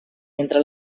entre